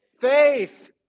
Faith